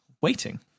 waiting